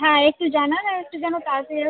হ্যাঁ একটু জানান আর একটু যেন তাড়াতাড়ি ও